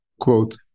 quote